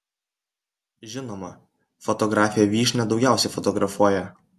žinoma fotografė vyšnia daugiausiai fotografuoja